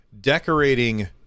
decorating